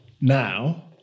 now